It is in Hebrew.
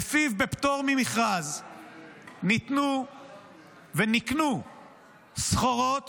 שלפיו בפטור ממכרז ניתנו ונקנו סחורות